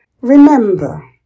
Remember